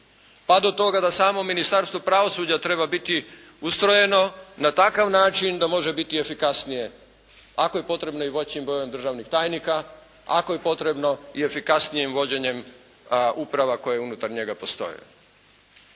pa do toga da samo Ministarstvo pravosuđa treba biti ustrojeno na takav način da može biti efikasnije ako je potrebno i većim brojem državnih tajnika, ako je potrebno i efikasnijim vođenjem uprava koje unutar njega postoje.